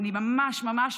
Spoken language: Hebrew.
אני ממש ממש,